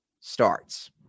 starts